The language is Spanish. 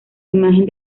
imagen